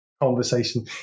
conversation